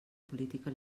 política